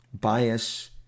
bias